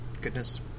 goodness